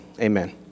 amen